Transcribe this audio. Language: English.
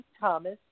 Thomas